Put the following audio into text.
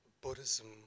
Buddhism